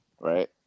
right